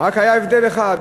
רק היה הבדל אחד,